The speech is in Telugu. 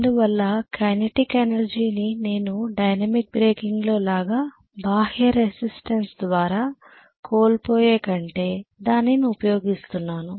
అందువల్ల కైనెటిక్ ఎనర్జీని నేను డైనమిక్ బ్రేకింగ్లో లాగా బాహ్య రెసిస్టన్స్ ద్వారా కోల్పోయే కంటే దానిని ఉపయోగిస్తున్నాను